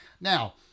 Now